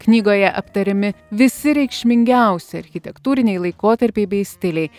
knygoje aptariami visi reikšmingiausi architektūriniai laikotarpiai bei stiliai